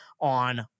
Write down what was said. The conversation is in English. on